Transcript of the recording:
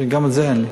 כשגם את זה אין לי.